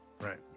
Right